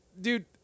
dude